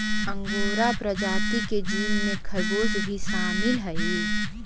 angora प्रजाति के जीव में खरगोश भी शामिल हई